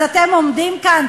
אז אתם עומדים כאן,